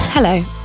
Hello